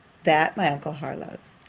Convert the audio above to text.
that my uncle harlowe's!